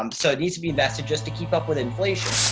um so it needs to be invested just to keep up with inflation